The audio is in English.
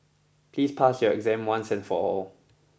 please pass your exam once and for all